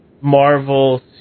Marvel